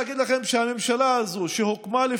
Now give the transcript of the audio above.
זה, כולנו יודעים שהמצב הוא לא מצב